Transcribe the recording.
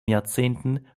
jahrzehnten